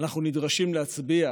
אנחנו נדרשים להצביע